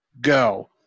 go